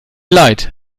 leid